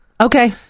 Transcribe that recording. Okay